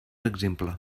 exemple